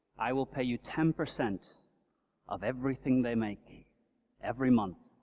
i will pay you ten percent of everything they make, every month,